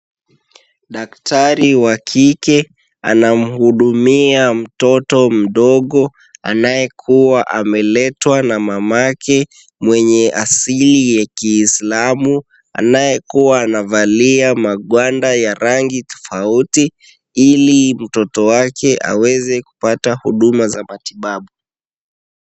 Daktari wa kike anamuhudumia mtoto mdogo, anayekuwa ameletwa na mamake mwenye asili ya kiislamu, anayekuwa anavalia magwanda ya rangi tofauti, ili mtoto wake aweze kupata huduma za matibabu.